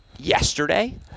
Yesterday